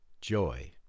Joy